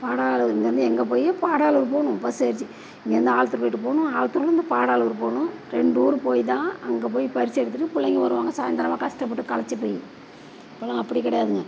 பாடாலூர் இங்கேருந்து எங்கே போய் பாடாலூர் போகணும் பஸ் ஏறிச்சி இங்கேருந்து ஆல்த்தர்பேட்டு போகணும் ஆல்த்தர்லேருந்து பாடாலூர் போகணும் ரெண்டு ஊர் போய்தான் அங்கே போய் பரிட்சை எழுதணும் பிள்ளைங்க வருவாங்க சாய்ந்தரமாக கஷ்டப்பட்டு களைத்து போய் இப்போல்லாம் அப்படி கிடையாதுங்க